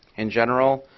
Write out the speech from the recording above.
in general,